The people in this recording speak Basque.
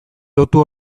lotu